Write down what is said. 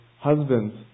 Husbands